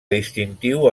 distintiu